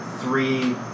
three